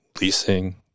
leasing